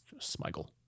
Smigel